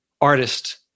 artist